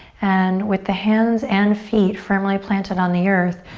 and with the hands and feet firmly planted on the earth,